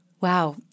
Wow